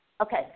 Okay